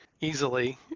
easily